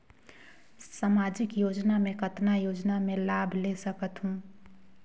समाजिक योजना मे कतना योजना मे लाभ ले सकत हूं?